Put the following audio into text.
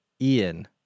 Ian